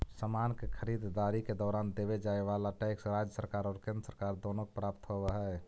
समान के खरीददारी के दौरान देवे जाए वाला टैक्स राज्य सरकार और केंद्र सरकार दोनो के प्राप्त होवऽ हई